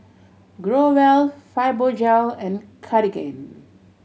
Growell Fibogel and Cartigain